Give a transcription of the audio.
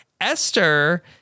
Esther